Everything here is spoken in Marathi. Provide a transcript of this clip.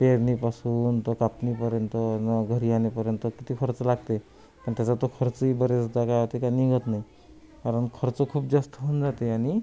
पेरणीपासून तर कापणीपर्यंत नं घरी आणेपर्यंत किती खर्च लागते पण त्याचा तो खर्चही बरेचदा काय होते का निघत नाही कारण खर्च खूप जास्त होऊन जाते आणि